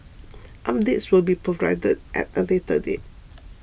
updates will be provided at a later date